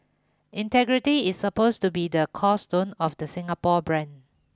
integrity is supposed to be the cornerstone of the Singapore brand